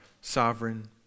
sovereign